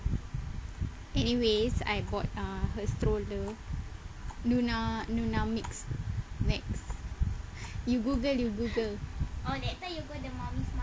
anyways I bought uh her stroller Nuna Nuna Mixx next you google you google